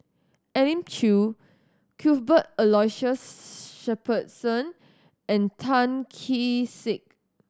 Elim Chew Cuthbert Aloysius Shepherdson and Tan Kee Sek